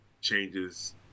changes